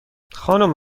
خانم